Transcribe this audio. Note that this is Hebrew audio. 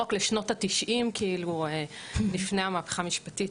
רק לשנות ה- 90 לפני המהפכה המשפטית,